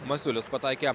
masiulis pataikė